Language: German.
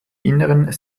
inneren